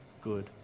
good